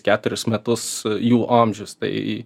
keturis metus jų amžius tai